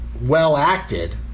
well-acted